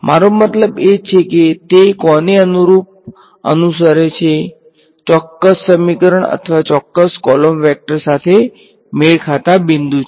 મારો મતલબ એ છે કે તે કોને અનુરૂપ અનુસરે છે ચોક્કસ સમીકરણ અથવા ચોક્કસ કૉલમ સાથે મેળ ખાતા બિંદુને છે